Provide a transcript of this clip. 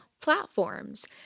platforms